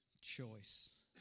choice